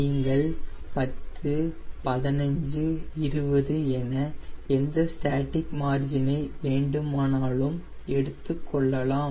நீங்கள் 10 15 20 என எந்த ஸ்டாட்டிக் மார்ஜினை வேண்டுமானாலும் எடுத்துக்கொள்ளலாம்